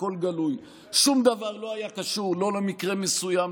הכל-כך חשובים,